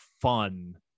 fun